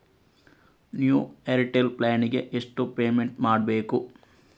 New Airtel plan ಗೆ ಎಷ್ಟು payment ಮಾಡ್ಬೇಕು?